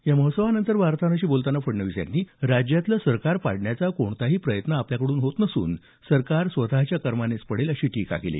या महोत्सवानंतर वार्ताहरांशी बोलताना फडणवीस यांनी राज्यातलं सरकार पाडण्याचा कोणताही प्रयत्न आपल्याकडून होत नसून सरकार स्वतःच्या कर्मानेच पडेल अशी टीका केली